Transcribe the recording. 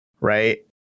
right